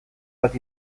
bat